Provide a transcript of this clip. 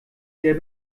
sehr